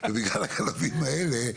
בגלל הגנבים האלה,